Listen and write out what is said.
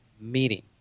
meeting